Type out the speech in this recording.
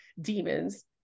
demons